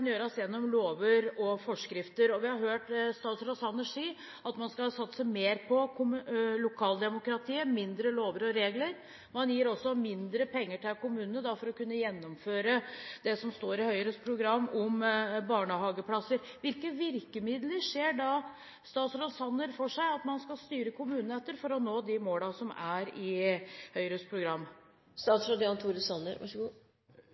gjøres gjennom lover og forskrifter. Og vi har hørt statsråd Sanner si at man skal satse mer på lokaldemokratiet – mindre lover og regler. Man gir også mindre penger til kommunene for å kunne gjennomføre det som står i Høyres program om barnehageplasser. Hvilke virkemidler ser statsråd Sanner for seg at man skal styre kommunene etter for å nå de målene som er i Høyres program?